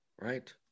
Right